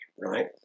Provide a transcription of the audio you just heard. right